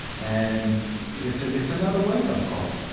and it's ah it's another wake-up call.